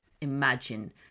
imagine